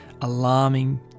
alarming